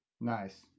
Nice